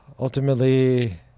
Ultimately